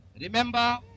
Remember